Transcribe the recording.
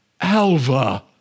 Alva